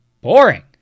boring